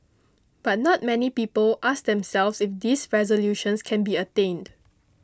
but not many people ask themselves if these resolutions can be attained